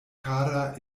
kara